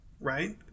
Right